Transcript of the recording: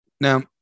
Now